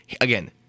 Again